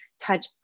touch